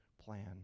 plan